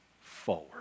forward